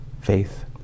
faith